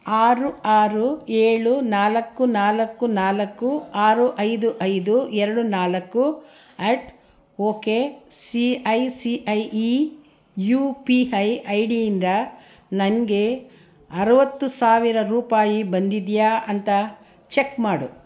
ಆರು ಆರು ಏಳು ನಾಲ್ಕು ನಾಲ್ಕು ನಾಲ್ಕು ಆರು ಐದು ಐದು ಎರಡು ನಾಲ್ಕು at okay C I C I E U P I I ಡಿಯಿಂದ ನನಗೆ ಅರವತ್ತು ಸಾವಿರ ರೂಪಾಯಿ ಬಂದಿದೆಯಾ ಅಂತ ಚೆಕ್ ಮಾಡು